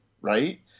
right